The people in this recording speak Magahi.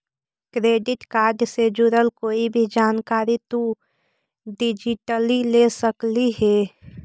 क्रेडिट कार्ड से जुड़ल कोई भी जानकारी तु डिजिटली ले सकलहिं हे